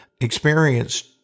experienced